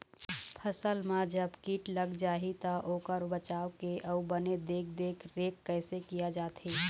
फसल मा जब कीट लग जाही ता ओकर बचाव के अउ बने देख देख रेख कैसे किया जाथे?